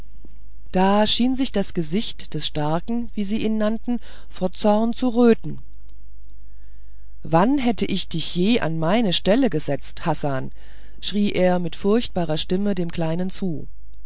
da schien sich das gesicht des starken wie sie ihn nannten vor zorn zu röten wann hätte ich dich je an meine stelle gesetzt hassan schrie er mit furchtbarer stimme dem kleinen zu